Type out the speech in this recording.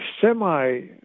semi